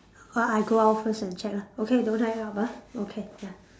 or I go out first and check lah okay don't hang up ah okay ya